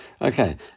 Okay